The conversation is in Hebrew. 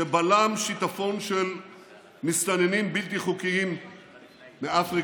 שבלם שיטפון של מסתננים בלתי חוקיים מאפריקה,